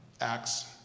Acts